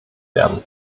werden